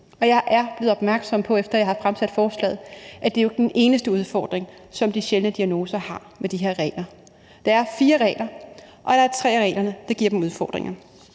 forslaget – at det jo ikke er den eneste udfordring, som patienter med de sjældne diagnoser har med de her regler. Der er fire regler, og der er tre af reglerne, der giver dem udfordringer.